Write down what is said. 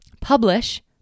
Publish